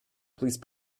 please